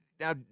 Now